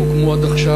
שהוקמו עד עכשיו.